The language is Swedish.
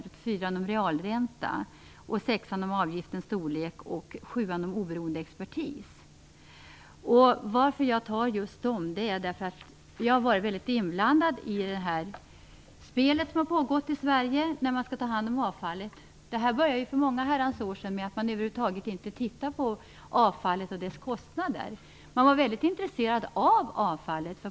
Reservation 4 handlar om realränta, reservation 6 om avgiftens storlek och reservation 7 om oberoende expertis. Jag tar upp dem därför att vi har varit mycket inblandade i det spel som har pågått i Sverige när det gäller att ta hand om avfallet. Detta började ju för många Herrans år sedan med att man över huvud taget inte tittade på avfallet och kostnaderna för det. Man var mycket intresserade av avfallet.